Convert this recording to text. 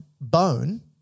bone